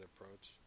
approach